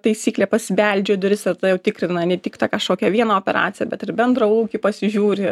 taisyklė pasibeldžia į duris ir tada jau tikrina ne tik tą kažkokią vieną operaciją bet ir bendrą ūkį pasižiūri